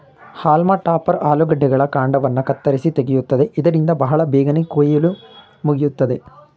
haulm topper ಆಲೂಗಡ್ಡೆಗಳ ಕಾಂಡವನ್ನು ಕತ್ತರಿಸಿ ತೆಗೆಯುತ್ತದೆ ಇದರಿಂದ ಬಹಳ ಬೇಗನೆ ಕುಯಿಲು ಮುಗಿಯುತ್ತದೆ